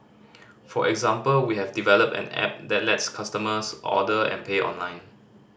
for example we have developed an app that lets customers order and pay online